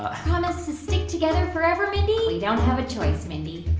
ah promise to stick together forever, mindy? we don't have a choice, mindy.